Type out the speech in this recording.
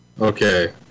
Okay